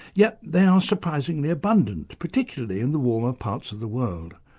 yet they are surprisingly abundant, particularly in the warmer parts of the world.